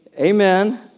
amen